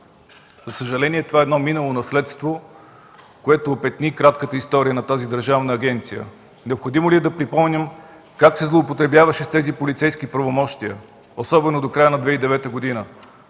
За съжаление, това е минало наследство, което опетни кратката история на тази държавна агенция. Необходимо ли е да припомням как се злоупотребяваше с тези полицейски правомощия, особено до края на 2009 г.?